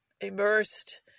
immersed